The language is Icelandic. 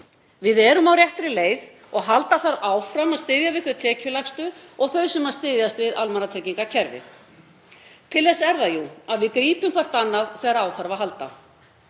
Við erum á réttri leið og halda þarf áfram að styðja við þau tekjulægstu og þau sem styðjast við almannatryggingakerfið. Til þess er það jú, að við grípum hvert annað þegar á þarf að halda.